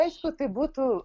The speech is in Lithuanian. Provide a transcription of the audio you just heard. aišku tai būtų